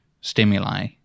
stimuli